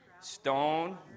Stone